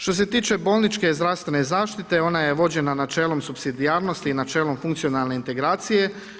Što se tiče bolničke zdravstvene zaštite ona je vođena načelom supsidijarnosti i načelom funkcionalne integracije.